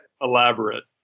elaborate